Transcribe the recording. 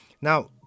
now